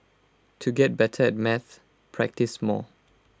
to get better at maths practise more